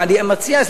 אני מציע,